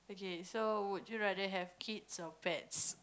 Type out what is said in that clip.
okay so would you rather have kids or pets